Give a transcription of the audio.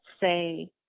say